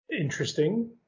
interesting